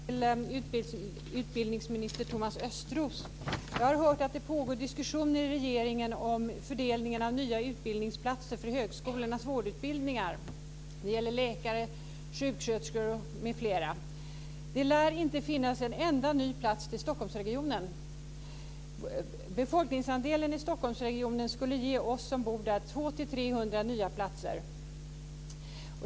Herr talman! Jag vill ställa min fråga till utbildningsminister Thomas Östros. Jag har hört att det pågår diskussioner i regeringen om fördelningen av nya utbildningsplatser vid högskolornas vårdutbildningar. Det gäller läkare, sjuksköterskor m.fl. Det lär inte finnas en enda ny plats i Stockholmsregionen. Befolkningsandelen i Stockholmsregionen skulle ge oss som bor där 200-300 nya platser.